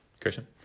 Christian